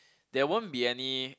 there won't be any